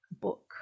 book